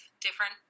different